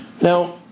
Now